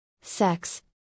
sex